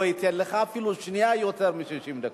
אני לא אתן לך אפילו שנייה יותר מ-60 דקות.